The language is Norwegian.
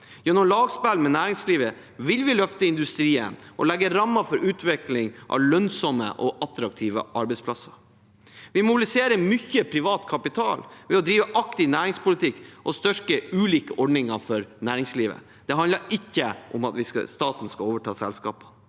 Gjennom lagspill med næringslivet vil vi løfte industrien og legge rammer for utvikling av lønnsomme og attraktive arbeidsplasser. Vi mobiliserer mye privat kapital ved å drive aktiv næringspolitikk og styrke ulike ordninger for næringslivet. Det handler ikke om at staten skal overta selskaper.